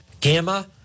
gamma